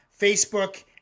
Facebook